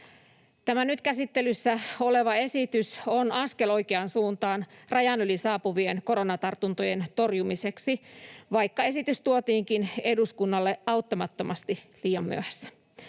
Tämä nyt käsittelyssä oleva esitys on askel oikeaan suuntaan rajan yli saapuvien koronatartuntojen torjumiseksi, vaikka esitys tuotiinkin eduskunnalle auttamattomasti liian myöhässä.